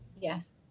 yes